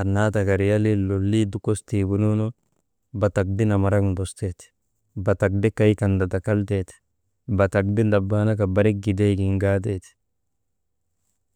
annaa taka riyalii lolii dukos tiigunu batak de namarak ndostee ti, batak de kay kan ndadakaltee ti, batak de ndabaanaka barik giday gin gaatee ti-